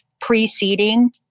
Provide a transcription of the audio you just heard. preceding